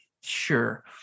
sure